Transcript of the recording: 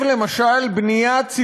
תודה, אדוני היושב-ראש,